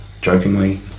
jokingly